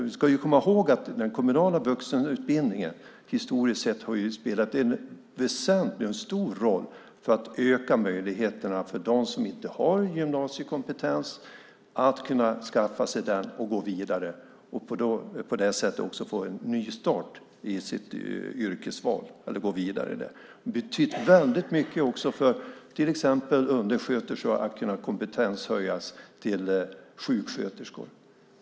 Vi ska komma ihåg att den kommunala vuxenutbildningen historiskt sett har spelat en stor roll för att öka möjligheten för dem som inte har gymnasiekompetens att skaffa sig den och gå vidare och på det sättet få en nystart i sitt yrkesval. Det har också betytt mycket för att till exempel undersköterskor ska kunna kompetenshöjas till sjuksköterskor.